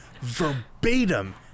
verbatim